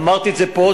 אמרתי את זה פה,